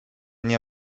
nie